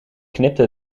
knipte